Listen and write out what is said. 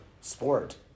sport